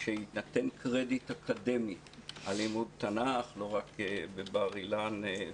שיינתן קרדיט אקדמי על לימוד תנ"ך לא רק בבר אילן.